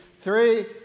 Three